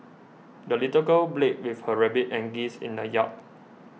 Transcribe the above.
the little girl played with her rabbit and geese in the yard